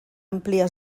àmplia